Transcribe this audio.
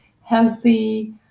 healthy